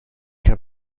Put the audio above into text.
heb